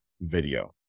video